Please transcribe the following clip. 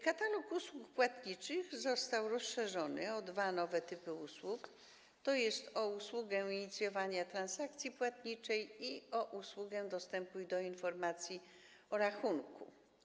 Katalog usług płatniczych został rozszerzony o dwa nowe typy usług, tj. o usługę inicjowania transakcji płatniczej i o usługę dostępu do informacji o rachunku.